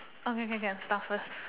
okay can can start first